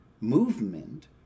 movement